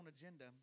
agenda